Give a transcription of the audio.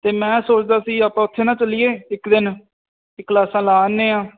ਅਤੇ ਮੈਂ ਸੋਚਦਾ ਸੀ ਆਪਾਂ ਉੱਥੇ ਨਾ ਚੱਲੀਏ ਇੱਕ ਦਿਨ ਇਹ ਕਲਾਸਾਂ ਲਾ ਆਉਂਦੇ ਹਾਂ